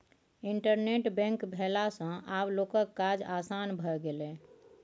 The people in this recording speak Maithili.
इंटरनेट बैंक भेला सँ आब लोकक काज आसान भए गेलै